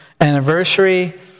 anniversary